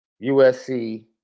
USC